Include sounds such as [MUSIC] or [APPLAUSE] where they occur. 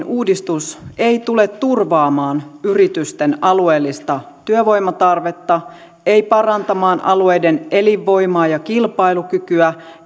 [UNINTELLIGIBLE] uudistus ei tule turvaamaan yritysten alueellista työvoimatarvetta ei parantamaan alueiden elinvoimaa ja kilpailukykyä